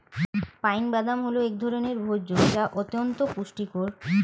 pine বাদাম হল এক ধরনের ভোজ্য যা অত্যন্ত পুষ্টিকর